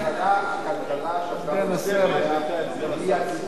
הכלכלה שאתה מדבר עליה היא יציבה,